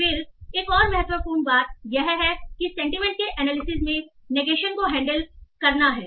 फिर एक और महत्वपूर्ण बात यह है कि सेंटीमेंट के एनालिसिस में नेगेशन को हैंडल करना है